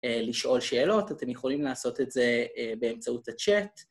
אה לשאול שאלות, אתם יכולים לעשות את זה באמצעות הצ'אט.